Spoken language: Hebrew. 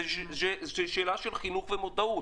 זה שאלה של חינוך ומודעות.